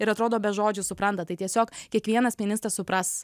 ir atrodo be žodžių supranta tai tiesiog kiekvienas ministras supras